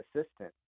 assistant